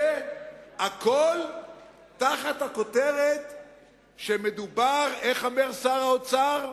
הכול תחת הכותרת שמדובר, איך אומר שר האוצר,